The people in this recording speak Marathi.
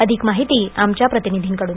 अधिक माहिती आमच्या प्रतिनिधीकडून